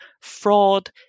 fraud